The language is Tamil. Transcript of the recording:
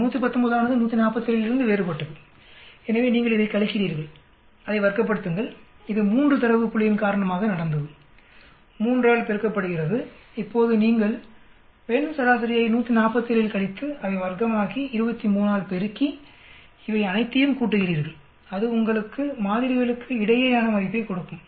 இந்த 119 ஆனது 147 இலிருந்து வேறுபட்டது எனவே நீங்கள் இதைக் கழிக்கிறீர்கள் அதை வர்க்கப்படுத்துங்கள் இது 3 தரவு புள்ளியின் காரணமாக நடந்தது 3 ஆல் பெருக்கப்படுகிறது இப்போது நீங்கள் பெண் சராசரியை 147 இல் கழித்து அதை வர்க்கமாக்கி 23 ஆல் பெருக்கி இவை அனைத்தையும் கூட்டுகிறீர்கள் அது உங்களுக்கு மாதிரிகளுக்கு இடையேயான மதிப்பைக் கொடுக்கும்